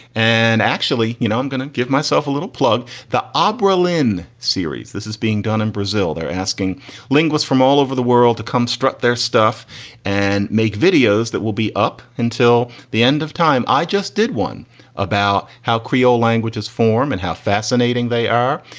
and actually, you know, i'm gonna give myself a little plug the opera lynn series. this is being done in brazil. they're asking linguist from all over the world to come strut their stuff and make videos that will be up until the end of time. i just did one about how creole language is form and how fascinating they are.